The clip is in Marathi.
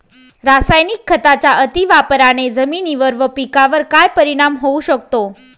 रासायनिक खतांच्या अतिवापराने जमिनीवर व पिकावर काय परिणाम होऊ शकतो?